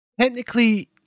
Technically